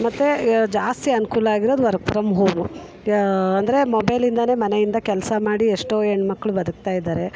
ಮತ್ತು ಈಗ ಜಾಸ್ತಿ ಅನುಕೂಲ ಆಗಿರೋದು ವರ್ಕ್ ಫ್ರಮ್ ಹೋಮು ಅಂದರೆ ಮೊಬೈಲಿಂದಲೇ ಮನೆಯಿಂದ ಕೆಲಸ ಮಾಡಿ ಎಷ್ಟೋ ಹೆಣ್ಮಕ್ಳು ಬದುಕ್ತಾಯಿದ್ದಾರೆ